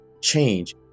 change